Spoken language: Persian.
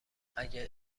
اگه